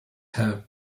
have